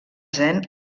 zen